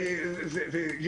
המחוקק,